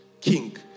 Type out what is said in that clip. King